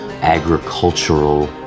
agricultural